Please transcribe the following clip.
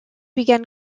began